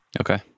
Okay